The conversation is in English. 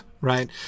right